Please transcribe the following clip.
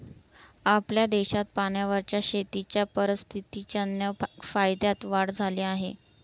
आपल्या देशात पाण्यावरच्या शेतीच्या परिस्थितीजन्य फायद्यात वाढ झाली आहे